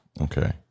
Okay